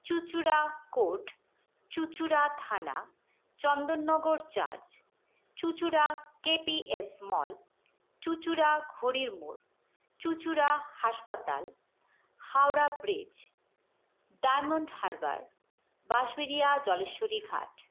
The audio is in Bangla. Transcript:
চুঁচুড়া কোর্ট চুঁচুড়া থানা চন্দননগর চার্চ চুঁচুড়া কে পি এস মল চুঁচুড়া ঘড়ির মোড় চুঁচুড়া হাসপাতাল হাওড়া ব্রিজ ডায়মন্ড হারবার বাঁশবেড়িয়া জলেশ্বরী ঘাট